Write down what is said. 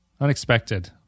Unexpected